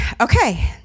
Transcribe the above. Okay